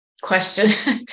question